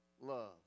love